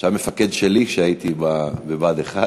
שהיה מפקד שלי כשהייתי בבה"ד 1